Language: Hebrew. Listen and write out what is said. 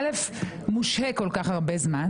מושהה כל-כך הרבה זמן,